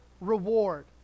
reward